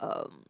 um